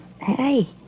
Hey